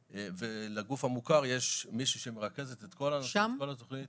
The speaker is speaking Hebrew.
ולגוף המוכר יש מישהו שמנהלת את כל התכנית.